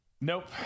Nope